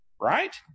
right